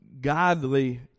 godly